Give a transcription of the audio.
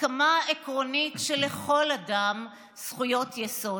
הסכמה עקרונית שלכל אדם זכויות יסוד,